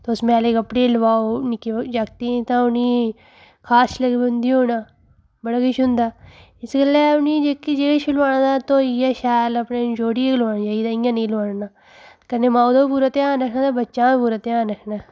तुस मैले कपडे लोआऊ निक्के जागतें तां उ'नेंगी खारश लग्गी पौंदी होना बड़ा किश होंदा इस गल्ला उ'नेंगी जेह्के जेह्ड़ा किश लोआना तां धोइयै शैल अपनै नचौड़िये लोआने चाहिदे इ'यां नि लोआई ओड़ना कन्नै माऊ दा बी पूरा ध्यान रक्खना ते बच्चे दा बी पूरा ध्यान रक्खना